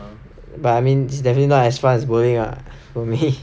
but I mean definitely not as fun as bowling lah